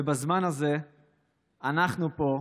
ובזמן הזה אנחנו פה,